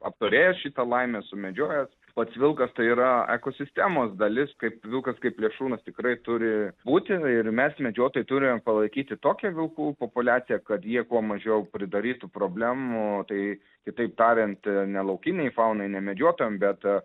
apturėjęs šitą laimę sumedžiojęs pats vilkas tai yra ekosistemos dalis kaip vilkas kaip plėšrūnas tikrai turi būti ir mes medžiotojai turime palaikyti tokią vilkų populiaciją kad jie kuo mažiau pridarytų problemų tai kitaip tariant ne laukinei faunai ne medžiotojam bet